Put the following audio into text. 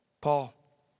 Paul